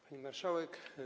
Pani Marszałek!